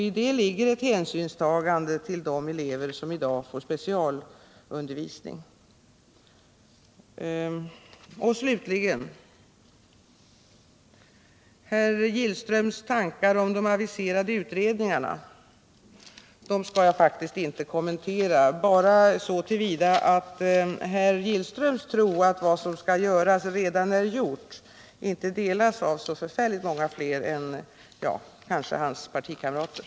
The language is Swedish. I det ligger ett hänsynstagande till de elever som i dag får specialundervisning. Slutligen till herr Gillströms tankar om de aviserade utredningarna. Jag skall inte kommentera dem mer än att säga att herr Gillströms tro att vad som skall göras redan är gjort inte delas av så många fler än kanske hans partikamrater.